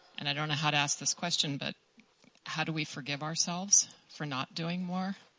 and i don't know how to ask this question. but how do we forgive ourselves for not doing more,